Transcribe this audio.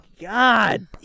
God